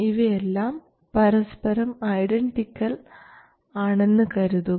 ഇവയെല്ലാം പരസ്പരം ഐഡൻറ്റിക്കൽ ആണെന്ന് കരുതുക